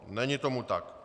Není tomu tak.